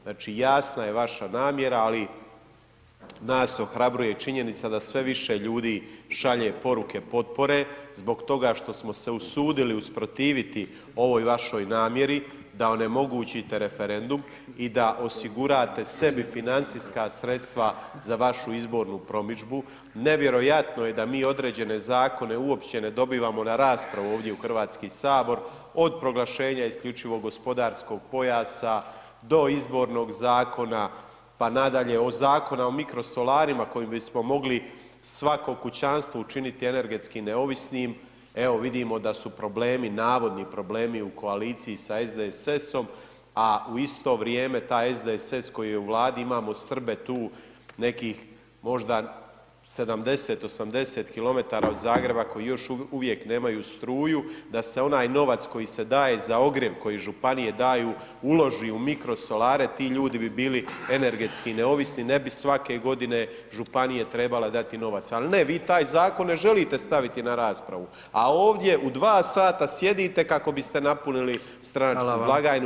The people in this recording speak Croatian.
Znači, jasna je vaša namjera, ali nas ohrabruje činjenica da sve više ljudi šalje poruke potpore zbog toga što smo se usudili usprotiviti ovoj vašoj namjeri da onemogućite referendum i da osigurate sebi financijska sredstva za vašu izbornu promidžbu, nevjerojatno je da mi određene zakone uopće ne dobivamo na raspravu ovdje u HS, od proglašenja isključivog gospodarskog pojasa do izbornog zakona, pa nadalje, od Zakona o mikrosolarima kojim bismo mogli svako kućanstvo učiniti energetski neovisnim, evo vidimo da su problemi, navodni problemi u koaliciji sa SDSS-om, a u isto vrijeme taj SDSS koji je u Vladi, imamo Srbe tu nekih možda 70, 80 km od Zagreba koji još uvijek nemaju struju da se onaj novac koji se daje za ogrjev koji županije daju, uloži u mikrosolare, ti ljudi bi bili energetski neovisni, ne bi svake godine županije trebale dati novac, ali ne, vi taj zakon ne želite staviti na raspravu, a ovdje u dva sata sjedite kako biste napunili stranačku [[Upadica: Hvala]] blagajnu.